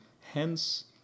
Hence